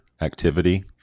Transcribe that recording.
activity